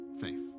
faith